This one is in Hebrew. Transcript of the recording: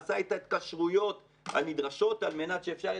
עשה את ההתקשרויות הנדרשות על מנת שאפשר יהיה